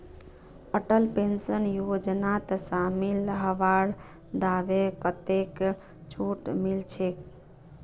Atal pension योजनात शामिल हबार बादे कतेक छूट मिलछेक